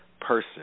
person